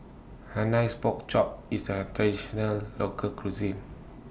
Hainan's Pork Chop IS A Traditional Local Cuisine